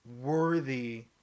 worthy